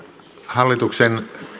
hallituksen